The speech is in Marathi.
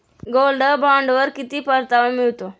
गोल्ड बॉण्डवर किती परतावा मिळतो?